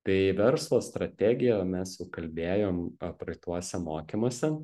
tai verslo strategija mes jau kalbėjom a praeituose mokymuose